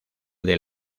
del